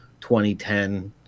2010